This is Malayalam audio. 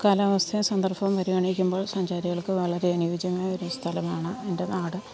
കാലാവസ്ഥയും സന്ദർഭവും പരിഗണിക്കുമ്പോൾ സഞ്ചാരികൾക്ക് വളരെ അനുയോജ്യമായൊരു സ്ഥലമാണ് എൻ്റെ നാട്